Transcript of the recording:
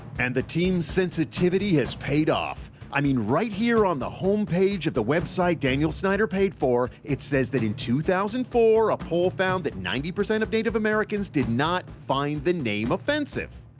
and the team sensitivity has paid off. i mean, right here on the home page of the web site daniel snyder paid for, it says that, in two thousand and four, a poll found that ninety percent of native americans did not find the name offensive.